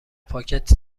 پاکت